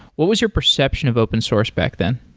what was your perception of open source back then?